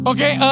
Okay